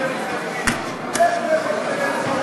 איך אתם מתנגדים?